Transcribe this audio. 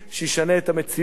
שישנה את המציאות.